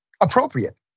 appropriate